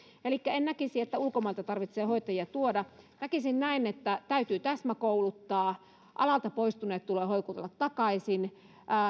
elikkä en näkisi että ulkomailta tarvitsee hoitajia tuoda näkisin näin että täytyy täsmäkouluttaa ja alalta poistuneet tulee houkutella takaisin